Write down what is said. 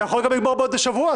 אתה יכול גם לגמור בעוד שבוע.